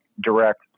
direct